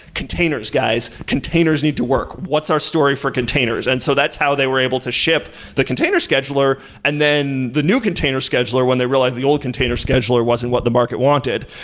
containers, guys. containers need to work with. what's our story for containers? and so that's how they were able to ship the container scheduler, and then the new container scheduler when they realized the old container scheduler wasn't what the market wanted.